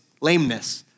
lameness